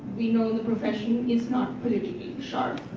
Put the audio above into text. we know the profession, it's not politically sharp.